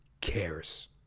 cares